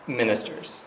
ministers